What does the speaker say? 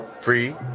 free